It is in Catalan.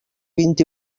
vint